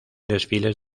desfiles